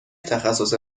تخصص